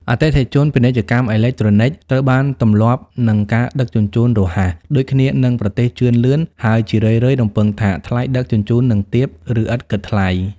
អតិថិជន ពាណិជ្ជកម្មអេឡិចត្រូនិក ត្រូវបានទម្លាប់នឹងការដឹកជញ្ជូនរហ័ស (ដូចគ្នានឹងប្រទេសជឿនលឿន) ហើយជារឿយៗរំពឹងថាថ្លៃដឹកជញ្ជូននឹងទាប ឬឥតគិតថ្លៃ។